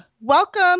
welcome